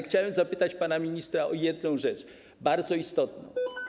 Chciałem zapytać pana ministra o jedną rzecz, bardzo istotną.